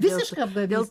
visiška apgavys